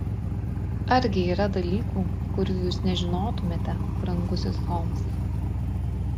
argi yra dalykų kurių jūs nežinotumėte brangusis holmsai